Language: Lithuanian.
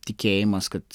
tikėjimas kad